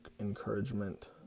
encouragement